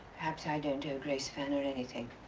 perhaps i don't owe grace fanner anything.